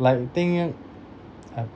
like thing i~ I